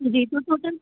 जी तो टोटल